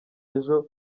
ejo